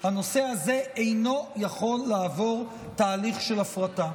אינו יכול לעבור תהליך של הפרטה.